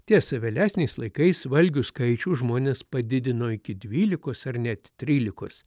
tiesa vėlesniais laikais valgių skaičių žmonės padidino iki dvylikos ar net trylikos